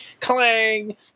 clang